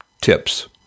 Tips